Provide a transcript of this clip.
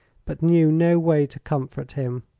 but knew no way to comfort him.